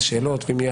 ישאל שאלות ואם נצטרך,